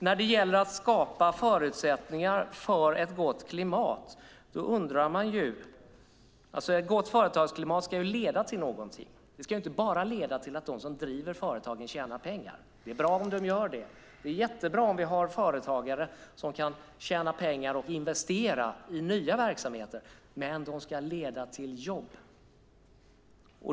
När det gäller att skapa förutsättningar för ett gott klimat undrar man ju. Ett gott företagsklimat ska leda till någonting. Det ska inte bara leda till att de som driver företagen tjänar pengar. Det är bra om de gör det. Det är jättebra om företagare kan tjäna pengar och investera i nya verksamheter, men de ska leda till jobb.